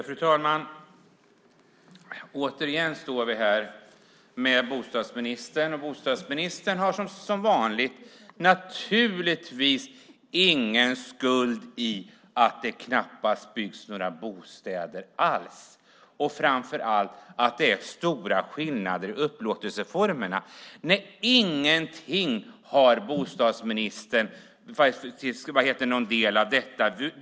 Fru talman! Återigen står vi här med bostadsministern. Som vanligt har han naturligtvis ingen skuld i att det knappt byggs några bostäder alls och framför allt att det är stora skillnader i upplåtelseformerna. Nej, bostadsministern har inte någon del av detta.